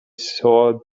saw